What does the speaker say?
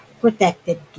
protected